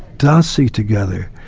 dancing together,